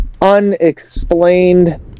Unexplained